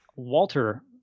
Walter